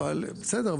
בסדר.